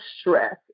stress